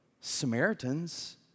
Samaritans